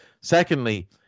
Secondly